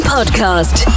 Podcast